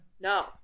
No